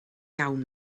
iawn